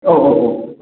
औ औ औ